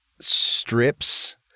strips